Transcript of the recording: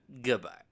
goodbye